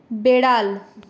বেড়াল